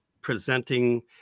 presenting